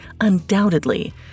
undoubtedly